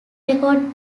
record